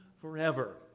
forever